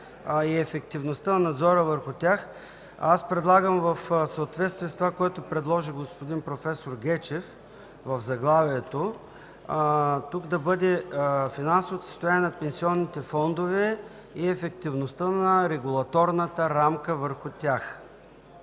„и ефективността, и надзора върху тях”, аз предлагам в съответствие с предложеното от господин Гечев в заглавието тук да бъде „финансовото състояние на пенсионните фондове и ефективността на регулаторната рамка върху тях”.